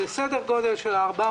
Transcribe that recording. סדר גודל של 400,